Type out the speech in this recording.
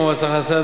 כמו מס הכנסה,